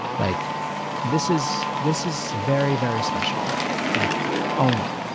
like this is this is very, very special like own it,